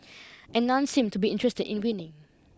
and none seemed to be interested in winning